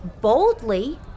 boldly